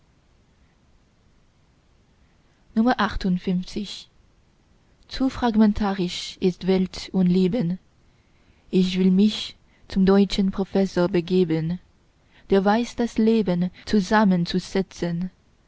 zu fragmentarisch ist welt und leben ich will mich zum deutschen professor begeben der weiß das leben zusammenzusetzen